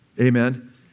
Amen